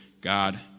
God